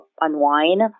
unwind